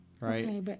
right